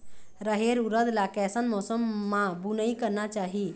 रहेर उरद ला कैसन मौसम मा बुनई करना चाही?